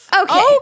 Okay